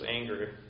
anger